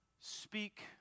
Speak